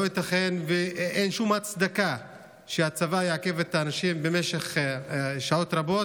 לא ייתכן ואין שום הצדקה שהצבא יעכב את האנשים במשך שעות רבות,